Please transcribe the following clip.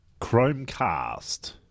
Chromecast